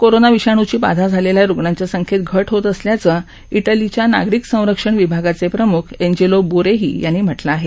corona विषाणूची बाधा झालेल्या रुग्णांच्या संख्येत घट होत असल्याचं इटलीच्या नागरिक संरक्षण विभागाचे प्रमुख एन्जेलो बोरेही यांनी म्हटलं आहे